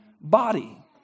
body